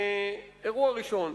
אירוע ראשון,